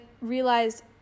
realized